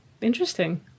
Interesting